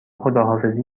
خداحافظی